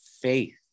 faith